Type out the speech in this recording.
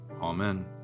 Amen